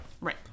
Right